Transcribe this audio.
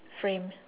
frame